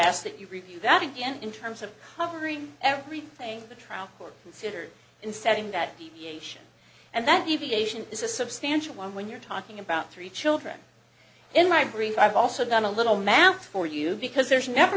ask that you review that again in terms of covering everything the trial court considered in setting that deviation and that deviation is a substantial one when you're talking about three children in my brief i've also done a little math for you because there's never